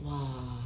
!wah!